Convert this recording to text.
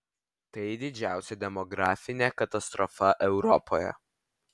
tai didžiausia demografinė katastrofa europoje